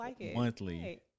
monthly